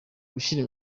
gushyira